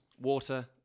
water